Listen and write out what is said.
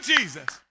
Jesus